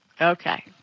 Okay